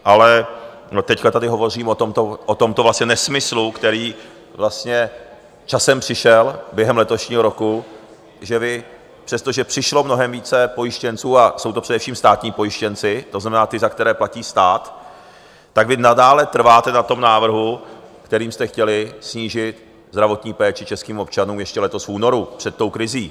Ale teď tady hovořím o tomto vlastně nesmyslu, který vlastně časem přišel během letošního roku, že přestože přišlo mnohem více pojištěnců a jsou to především státní pojištěnci, to znamená ti, za které platí stát, tak vy nadále trváte na tom návrhu, kterým jste chtěli snížit zdravotní péči českým občanům ještě letos v únoru před tou krizí.